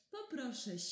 Poproszę